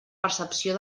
percepció